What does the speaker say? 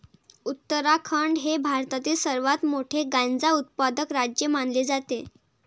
उत्तराखंड हे भारतातील सर्वात मोठे गांजा उत्पादक राज्य मानले जाते